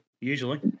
usually